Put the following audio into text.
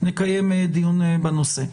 נקיים דיון בנושא.